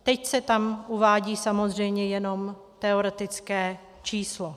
Teď se tam uvádí samozřejmě jenom teoretické číslo.